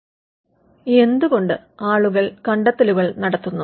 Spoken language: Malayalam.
വൈ പീപ്പിൾ ഇൻവെൻറ് എന്ത് കൊണ്ട് ആളുകൾ കണ്ടെത്തലുകൾ നടത്തുന്നു